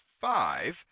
five